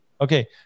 Okay